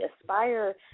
Aspire